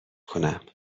کنم